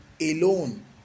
alone